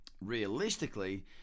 realistically